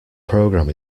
program